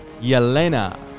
Yelena